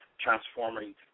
transforming